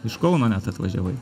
iš kauno net atvažiavai